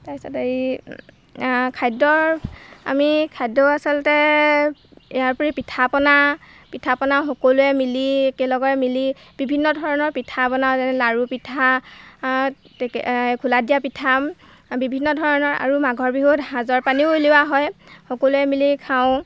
তাৰপিছত হেৰি খাদ্যৰ আমি খাদ্যও আচলতে ইয়াৰ উপৰি পিঠাপনা পিঠাপনা সকলোৱে মিলি একেলগৰে মিলি বিভিন্ন ধৰণৰ পিঠা বনাওঁ যেনে লাড়ু পিঠা খোলাত দিয়া পিঠা বিভিন্ন ধৰণৰ আৰু মাঘৰ বিহুত সাঁজৰ পানীও উলিওৱা হয় সকলোৱে মিলি খাওঁ